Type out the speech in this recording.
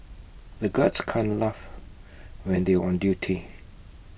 the guards can't laugh when they are on duty